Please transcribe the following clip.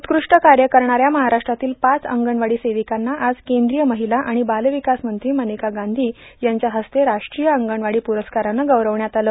उत्कृष्ट काय करणा या महाराष्ट्रातील पाच अंगणवाडी स्रोवकांना आज कद्रीय र्माहला र्आण बाल र्वकास मंत्री मनेका गांधी यांच्या हस्ते राष्ट्रीय अंगणवाडी पुरस्कारानं गौर्रावण्यात आलं